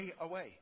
away